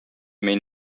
may